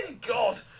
god